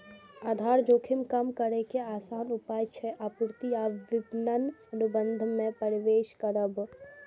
आधार जोखिम कम करै के आसान उपाय छै आपूर्ति आ विपणन अनुबंध मे प्रवेश करब